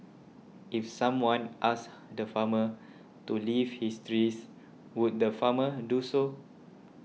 if someone asked the farmer to leave his trees would the farmer do so